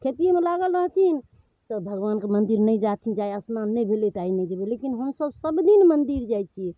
खेतियोमे लागल रहथिन तऽ भगबानके मंदिर नहि जाथिन जे आइ स्नान नहि भेलै तऽ आइ नहि जेबै लेकिन हमसब सबदिन मंदिर जाइ छियै